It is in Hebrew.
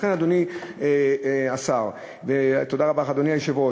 לכן, אדוני השר, ותודה רבה לך, אדוני היושב-ראש,